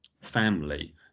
family